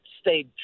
stayed